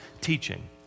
teaching